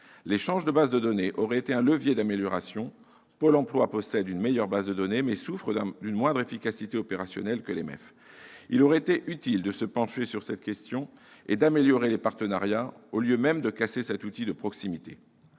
L'échange de bases de données aurait été un levier d'amélioration : Pôle emploi possède une meilleure base de données, mais souffre, comparé aux MEF, d'une moindre efficacité opérationnelle. Il aurait été utile de se pencher sur cette question et d'améliorer les partenariats, au lieu de casser cet outil de proximité.